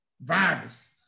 Virus